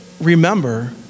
remember